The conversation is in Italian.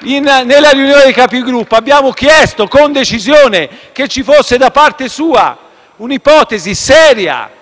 della Conferenza dei Capigruppo abbiamo chiesto con decisione che ci fosse da parte sua un'ipotesi seria e